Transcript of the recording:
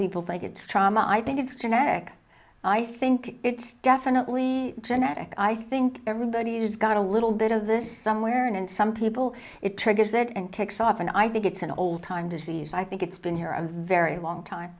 people they get trauma i think it's genetic i think it's definitely genetic i think everybody's got a little bit of this somewhere and some people it triggers it and takes off and i think it's an old time disease i think it's been here a very long time